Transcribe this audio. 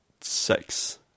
Six